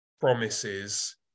promises